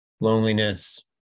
loneliness